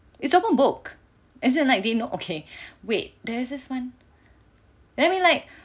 it's open book as line like they know okay wait there's this one let me like